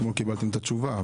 אתמול קיבלתם את התשובה,